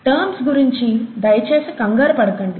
terms గురించి దయచేసి కంగారు పడకండి